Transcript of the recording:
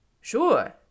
Sure